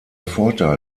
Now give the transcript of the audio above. vorteil